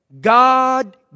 God